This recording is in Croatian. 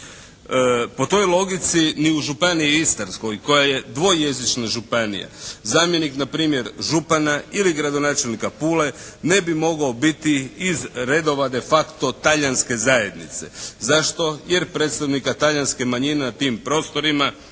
Po toj logici ni u Županiji istarskoj koja je dvojezična županija zamjenik npr. župana ili gradonačelnika Pule ne bi mogao biti iz redova de facto talijanske zajednice. Zašto? Jer predstavnika talijanske manjine na tim prostorima